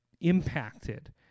impacted